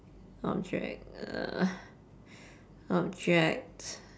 object uh object